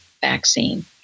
vaccine